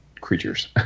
creatures